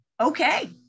okay